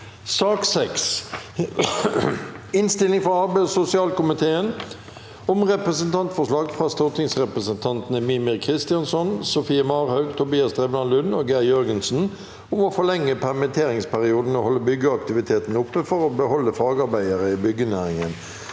Innstilling fra arbeids- og sosialkomiteen om Repre- sentantforslag fra stortingsrepresentantene Mímir Kristjánsson, Sofie Marhaug, Tobias Drevland Lund og Geir Jørgensen om å forlenge permitteringsperioden og holde byggeaktiviteten oppe for å beholde fagarbeidere i byggenæringen